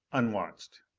unwatched.